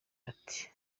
ati